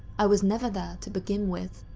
i was never there to begin with.